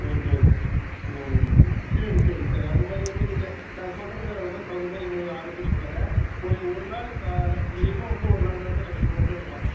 okay okay ம் ம் சரி சரிங்க சார் அதுமாதிரி வந்து நீங்கள் நாங்கள் சொல்கிறோம் சார் அதுமாதிரி தகுந்தமாதிரி நீங்கள் ஆளுங்க கூட்டிட்டு வாங்க ஒரு ஒரு நாள் மினிமம் வந்து ஒரு நாள் தான் சார் அடிக்கின்ற மாதிரிதான் இருக்கும்